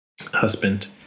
husband